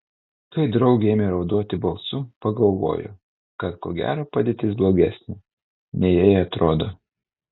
kai draugė ėmė raudoti balsu pagalvojo kad ko gero padėtis blogesnė nei jai atrodo